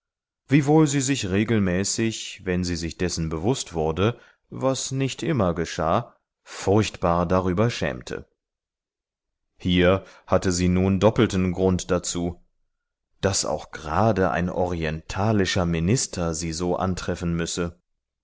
wiewohl sie sich regelmäßig wenn sie sich dessen bewußt wurde was nicht immer geschah furchtbar darüber schämte hier hatte sie nun doppelten grund dazu daß auch gerade ein orientalischer minister sie so antreffen müsse